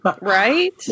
Right